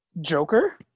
Joker